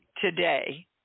today